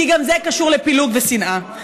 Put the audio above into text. כי גם זה קשור לפילוג ושנאה.